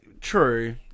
true